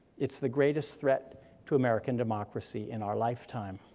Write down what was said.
it's the greatest threat to american democracy in our lifetime.